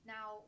Now